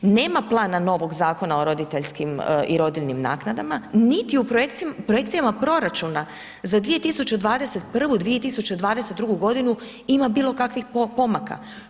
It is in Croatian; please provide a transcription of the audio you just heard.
Nema plana novog Zakona o roditeljskim i rodiljnim naknadama, niti u projekcijama proračuna za 2021., 2022. g. ima bilokakvih pomaka.